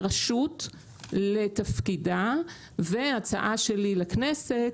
הרשות לתפקידה והצעה שלי לכנסת,